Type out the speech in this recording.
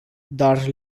dar